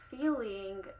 feeling